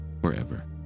forever